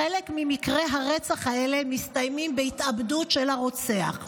חלק ממקרי הרצח האלה מסתיימים בהתאבדות של הרוצח.